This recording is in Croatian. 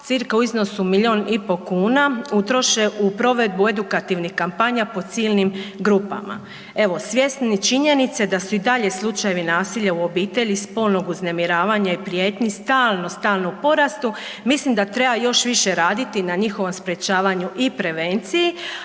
cca u iznosu milijun i pol kuna utroše u provedbu edukativnih kampanja po ciljanim grupama. Evo svjesni činjenice da su i dalje slučajevi nasilja u obitelji, spolnog uznemiravanja i prijetnji stalno, stalno u porastu mislim da treba još više raditi na njihovom sprečavanju i prevenciji,